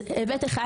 היבט אחד